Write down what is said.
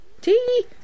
Tea